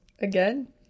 Again